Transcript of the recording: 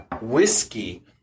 whiskey